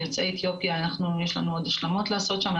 יוצאי אתיופיה יש לנו עוד השלמות לעשות שם,